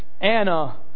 Anna